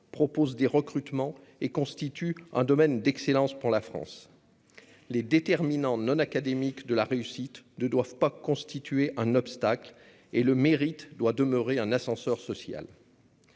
propose des recrutements et constitue un domaine d'excellence pour la France. Les déterminants non académiques de la réussite ne doivent pas représenter un obstacle et le mérite doit demeurer un ascenseur social.